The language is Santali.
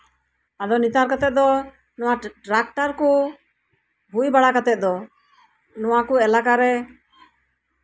ᱟᱫᱚ ᱱᱮᱛᱟᱨ ᱠᱟᱛᱮᱜ ᱫᱚ ᱴᱨᱟᱠᱴᱟᱨ ᱠᱚ ᱦᱩᱭ ᱵᱟᱲᱟ ᱠᱟᱛᱮᱜ ᱫᱚ ᱱᱚᱣᱟ ᱠᱚ ᱮᱞᱟᱠᱟᱨᱮ